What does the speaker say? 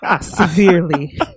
severely